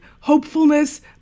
hopefulness